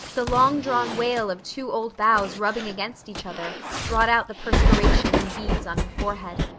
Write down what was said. the long-drawn wail of two old boughs rubbing against each other brought out the perspiration in beads on her forehead.